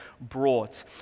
brought